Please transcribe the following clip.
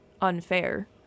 unfair